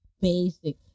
basic